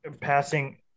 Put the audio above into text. passing